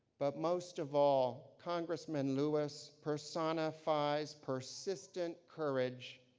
but most of all, congressman lewis personifies persistent courage,